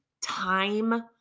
time